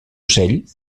ocell